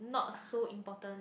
not so important